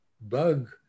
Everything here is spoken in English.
bug